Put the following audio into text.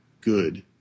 good